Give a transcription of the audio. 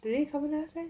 do they need carbon dioxide